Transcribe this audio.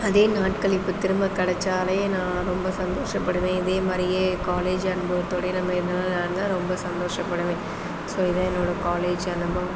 அதே நாட்கள் இப்போ திரும்ப கிடச்சா அதையே நான் ரொம்ப சந்தோஷப்படுவேன் இதே மாதிரியே காலேஜ் அனுபவத்தோடேயே நம்ம நடந்தால் ரொம்ப சந்தோஷப்படுவேன் ஸோ இதுதான் என்னோடய காலேஜ் அனுபவம்